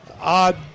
odd